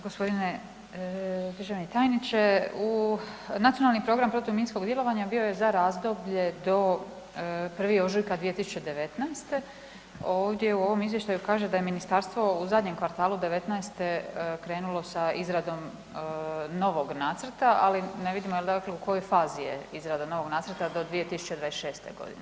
Gospodine državni tajniče u Nacionalni program protiv minskog djelovanja bio je za razdoblje do 1. ožujka 2019., ovdje u ovom izvještaju kaže da je ministarstvo u zadnjem kvartalu '19.-te krenulo sa izradom novog nacrta, ali ne vidimo dakle u kojoj fazi je izrada novog nacrta do 2026. godine.